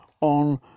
on